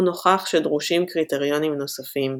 הוא נוכח שדרושים קריטריונים נוספים,